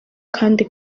kandi